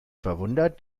verwundert